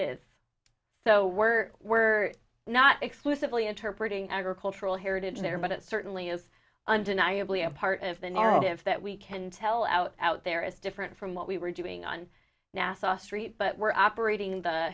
is so we're we're not exclusively interpreting agricultural heritage there but it certainly is undeniably a part of the narrative that we can tell out out there is different from what we were doing on nassau street but we're operating the